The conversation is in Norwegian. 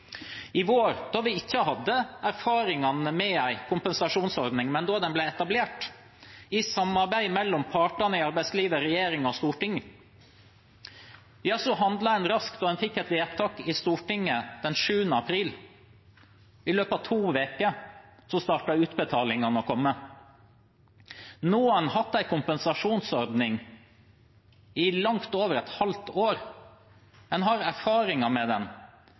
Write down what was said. I vår hadde vi ikke erfaringene med en kompensasjonsordning, men da den ble etablert, i samarbeid mellom partene i arbeidslivet, regjering og storting, handlet en raskt da en fikk et vedtak i Stortinget den 7. april. I løpet av to uker startet utbetalingene. Nå har en hatt en kompensasjonsordning i langt over et halvt år. En har erfaringer med den,